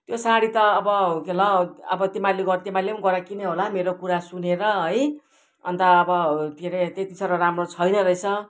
त्यो साडी त अब ला अब तिमीहरूले तिमीहरूले पनि गएर किन्यौ होला मेरो कुरा सुनेर है अन्त अब के अरे त्यति साह्रो राम्रो छैन रहेछ